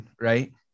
right